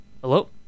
Hello